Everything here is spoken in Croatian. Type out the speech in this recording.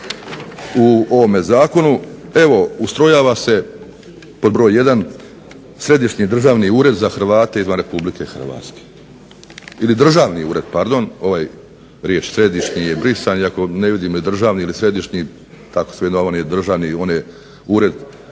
U ovome zakonu ustrojava se pod broj 1 središnji državni ured za Hrvate izvan RH ili državni ured, pardon, ovaj središnji je brisan iako ne vidim jeli državni ili središnji, tako svejedno, on je državni,